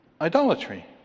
idolatry